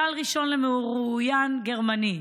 כלל ראשון למרואיין גרמני: